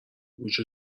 گوش